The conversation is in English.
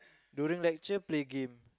during lecture play game